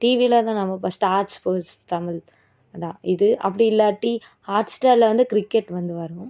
டிவியில் தான் நாம ஃபஸ்ட்டு ஷாட்ஸ் ஸ்போட்ஸ் தமிழ் அதான் இது அப்படி இல்லாட்டி ஹாட் ஸ்டாரில் வந்து கிரிக்கெட் வந்து வரும்